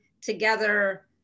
together